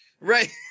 Right